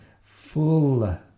full